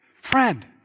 Friend